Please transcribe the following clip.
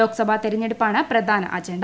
ലോക്സഭാ തെരഞ്ഞെടുപ്പാണ് പ്രധാന അജണ്ട